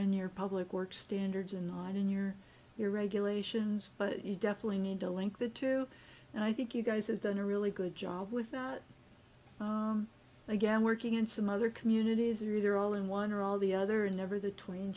in your public work standards and not in your your regulations but you definitely need to link the two and i think you guys have done a really good job with that again working in some other communities we're all in one or all the other and never the twain